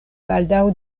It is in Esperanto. baldaŭ